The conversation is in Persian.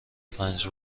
پنج